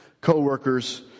co-workers